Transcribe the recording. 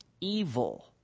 evil